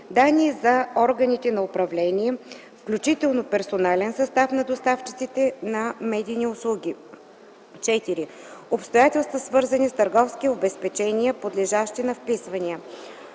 данни за органите на управление, включително персонален състав на доставчиците на медийни услуги; 4. обстоятелства, свързани с търговски обезпечения, подлежащи на вписване.